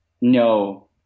No